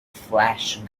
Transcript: flash